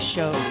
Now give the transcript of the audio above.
Show